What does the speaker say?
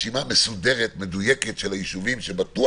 רשימה מסודרת ומדויקת של הישובים שבטוח